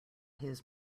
his